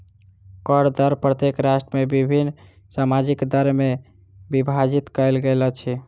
कर दर प्रत्येक राष्ट्र में विभिन्न सामाजिक दर में विभाजित कयल गेल अछि